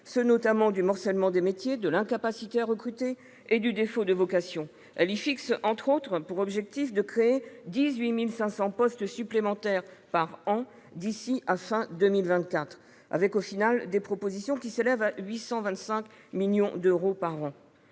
notamment le morcellement des métiers, l'incapacité à recruter et le défaut de vocations. Elle y fixe, entre autres objectifs, celui de créer 18 500 postes supplémentaires par an d'ici à la fin de 2024, avec,, des propositions qui s'élèvent à 825 millions d'euros par an.